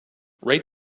rate